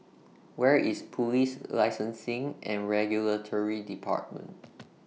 Where IS Police Licensing and Regulatory department